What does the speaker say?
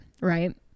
right